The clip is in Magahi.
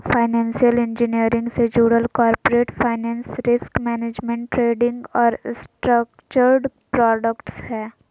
फाइनेंशियल इंजीनियरिंग से जुडल corporate finance, risk management, trading और स्ट्रक्चर्ड प्रॉडक्ट्स हय